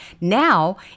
now